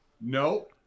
no